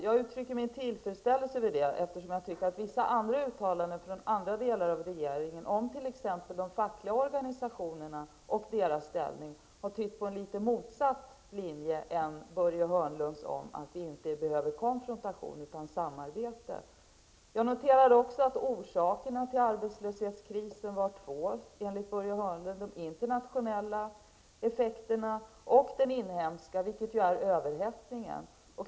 Jag uttrycker min tillfredsställelse över det, eftersom jag tycker att vissa uttalanden från andra delar av regeringen om t.ex. de fackliga organisationerna och deras ställning tytt på en annan linje än den Börje Hörnlund nu angav -- att vi inte behöver konfrontation utan samarbete. Jag noterade också att orsakerna till arbetslöshetskrisen enligt Börje Hörnlund var två -- de internationella effekterna och den inhemska utvecklingen, dvs. överhettningen.